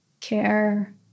care